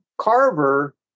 Carver